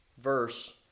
verse